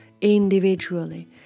individually